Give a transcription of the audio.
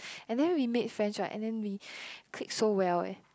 and then we made friends right and then we click so well eh